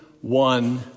one